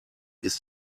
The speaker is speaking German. ist